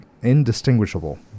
indistinguishable